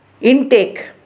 intake